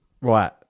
right